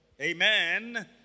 Amen